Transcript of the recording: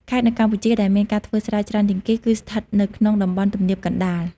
ខេត្តនៅកម្ពុជាដែលមានការធ្វើស្រែច្រើនជាងគេ គឺស្ថិតនៅក្នុងតំបន់ទំនាបកណ្តាល។